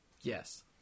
Yes